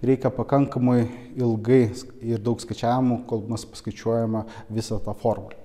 reikia pakankamai ilgai ir daug skaičiavimų kol mes paskaičiuojame visą tą formulę